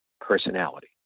personality